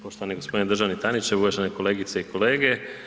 Poštovani gospodine državni tajniče, uvažene kolegice i kolege.